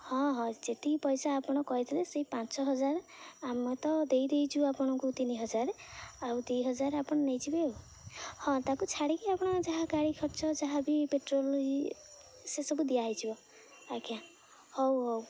ହଁ ହଁ ଯେତିକି ପଇସା ଆପଣ କହିଥିଲେ ସେଇ ପାଞ୍ଚ ହଜାର ଆମେ ତ ଦେଇଦେଇଛୁ ଆପଣଙ୍କୁ ତିନି ହଜାର ଆଉ ଦୁଇ ହଜାର ଆପଣ ନେଇଯିବେ ଆଉ ହଁ ତାକୁ ଛାଡ଼ିକି ଆପଣ ଯାହା ଗାଡ଼ି ଖର୍ଚ୍ଚ ଯାହା ବିି ପେଟ୍ରୋଲ୍ ଇଏ ସେସବୁ ଦିଆଯିବ ଆଜ୍ଞା ହଉ ହଉ